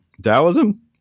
Taoism